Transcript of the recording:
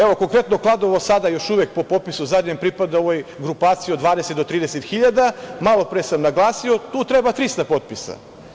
Evo, konkretno Kladovo sada još uvek po zadnjem popisu pripada grupaciji od 20 do 30.000, malo pre sam naglasio, tu treba 300 potpisa.